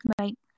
Right